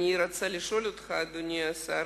אדוני השר,